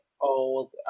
old